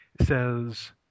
says